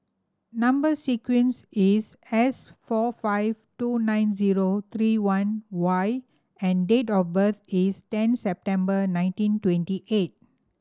number sequence is S four five two nine zero three one Y and date of birth is ten September nineteen twenty eight